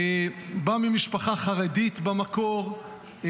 בא ממשפחה חרדית במקור,